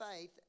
faith